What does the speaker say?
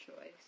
choice